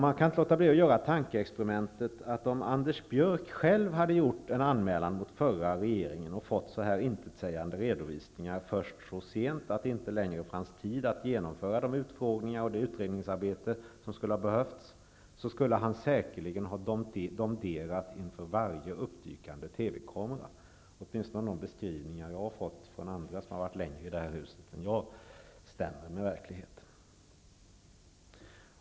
Jag kan inte låta bli att göra tankeexperimentet, att om Anders Björck själv hade gjort en anmälan mot förra regeringen och fått så här intetsägande redovisningar så sent att det inte längre fanns tid att genomföra de utfrågningar och det utredningsarbete som skulle ha behövts, så skulle han säkerligen ha domderat framför varje uppdykande TV-kamera, att bedöma åtminstone av de beskrivningar som jag har fått från andra som har varit längre än jag i det här huset.